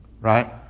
right